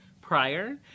prior